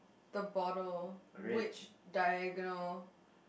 the bottle which diagonal